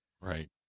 Right